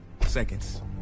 seconds